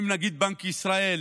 אם נגיד בנק ישראל